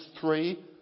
three